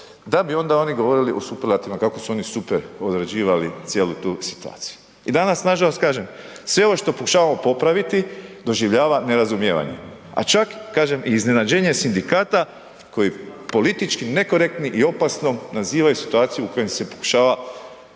da bi onda oni govorili u superlativima kako su oni super odrađivali cijelu tu situaciju i danas nažalost kažem sve ovo što pokušavamo popraviti doživljava nerazumijevanje, čak kažem i iznenađenje sindikata koji politički nekorektni ili opasnom nazivaju situaciju u kojoj se pokušava